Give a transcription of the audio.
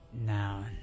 Now